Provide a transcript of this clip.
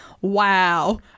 wow